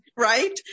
Right